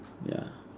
ya